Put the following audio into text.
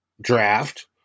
draft